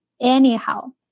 anyhow